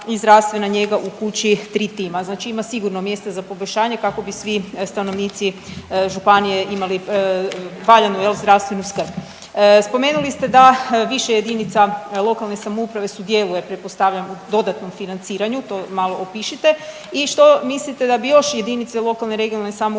i zdravstvena njega u kući 3 tima. Znači ima sigurno mjesta za poboljšanje kako bi svi stanovnici županije imali valjanu jel zdravstvenu skrb. Spomenuli ste da više jedinica lokalne samouprave sudjeluje pretpostavljam u dodatnom financiranju, to malo opišite i što mislite da bi još jedinice lokalne i regionalne samouprave